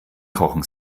kochen